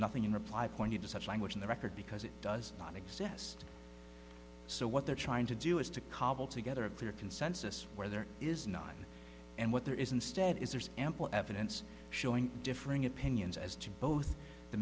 nothing in reply pointed to such language in the record because it does not exist so what they're trying to do is to cobble together a clear consensus where there is none and what there is instead is there's ample evidence showing differing opinions as to both the